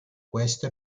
questo